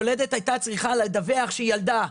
יולדת הייתה צריכה לדווח שהיא ילדה,